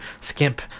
skimp